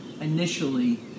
initially